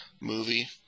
movie